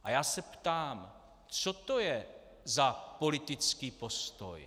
A já se ptám, co to je za politický postoj.